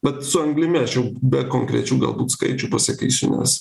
bet su anglimi aš jau be konkrečių galbūt skaičių pasakysiu nes